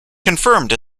confirmed